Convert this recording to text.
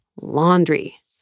laundry